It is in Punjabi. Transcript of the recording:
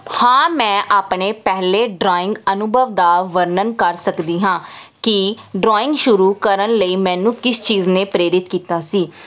ਹਾਂ ਮੈਂ ਆਪਣੇ ਪਹਿਲੇ ਡਰਾਇੰਗ ਅਨੁਭਵ ਦਾ ਵਰਣਨ ਕਰ ਸਕਦੀ ਹਾਂ ਕਿ ਡਰਾਇੰਗ ਸ਼ੁਰੂ ਕਰਨ ਲਈ ਮੈਨੂੰ ਕਿਸ ਚੀਜ਼ ਨੇ ਪ੍ਰੇਰਿਤ ਕੀਤਾ ਸੀ